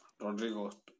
Rodrigo